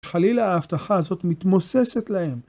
חלילה ההבטחה הזאת מתמוססת להם.